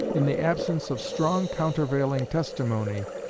in the absence of strong countervailing testimony,